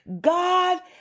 God